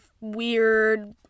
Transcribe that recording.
weird